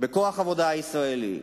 לכוח העבודה הישראלי.